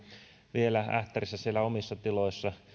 vielä ähtärissä siellä omissa tiloissa